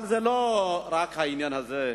אבל זה לא רק העניין הזה.